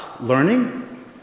learning